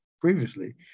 previously